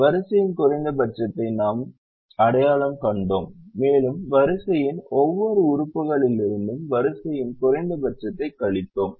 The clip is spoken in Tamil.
வரிசையின் குறைந்தபட்சத்தை நாம் அடையாளம் கண்டோம் மேலும் வரிசையின் ஒவ்வொரு உறுப்புகளிலிருந்தும் வரிசையின் குறைந்தபட்சத்தைக் கழித்தோம்